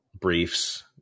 briefs